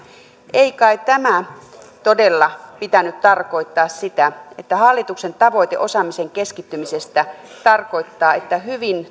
ei kai tämän todella pitänyt tarkoittaa sitä että hallituksen tavoite osaamisen keskittymisestä tarkoittaa että hyvin